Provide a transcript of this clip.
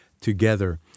together